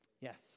Yes